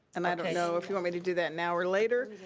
and i don't know if you want me to do that now or later.